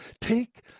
Take